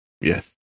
Yes